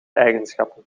eigenschappen